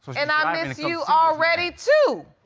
and i miss you already, too.